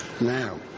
Now